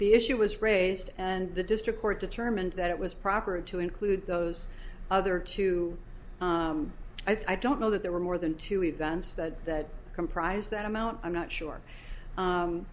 the issue was raised and the district court determined that it was proper to include those other two i don't know that there were more than two events that comprise that amount i'm not sure